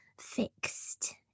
fixed